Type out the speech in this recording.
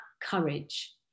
courage